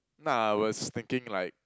nah I was thinking like